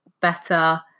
better